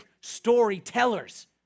storytellers